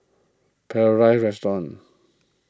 Paradise Restaurant